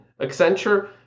Accenture